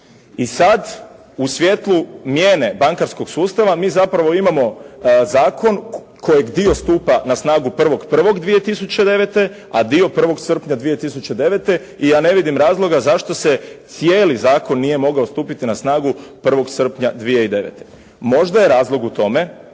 I sad, u svjetlu mijene bankarskog sustava mi zapravo imamo zakon kojeg dio stupa na snagu 1.1.2009., a dio 1. srpnja 2009. i ja ne vidim razloga zašto cijeli zakon nije mogao stupiti na snagu 1. srpnja 2009. Možda je razlog u tome